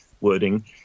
wording